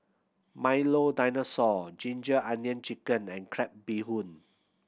Milo Dinosaur ginger onion chicken and crab bee hoon